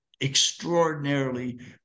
extraordinarily